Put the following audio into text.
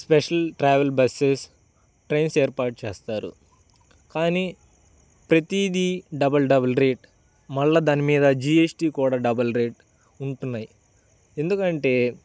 special travel buses trains ఏర్పాటు చేస్తారు కానీ ప్రతీదీ డబుల్ డబుల్ రేట్ మళ్ళీ దాని మీద జీ ఎస్ టీ కూడా డబుల్ రేట్ ఉంటున్నాయి ఎందుకు అంటే